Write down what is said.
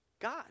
God